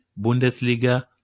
Bundesliga